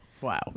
Wow